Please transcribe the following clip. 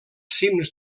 cims